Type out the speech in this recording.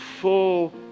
full